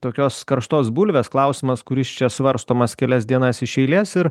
tokios karštos bulvės klausimas kuris čia svarstomas kelias dienas iš eilės ir